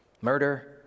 murder